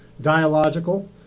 dialogical